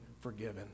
forgiven